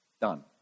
done